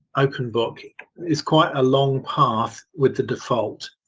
openbook is quite a long path with the default.